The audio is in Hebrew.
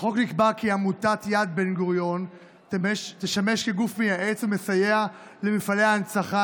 בחוק נקבע כי עמותת יד בן-גוריון תשמש כגוף מייעץ ומסייע למפעלי ההנצחה,